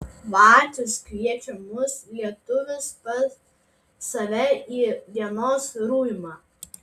vacius kviečia mus lietuvius pas save į dienos ruimą